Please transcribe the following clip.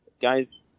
Guys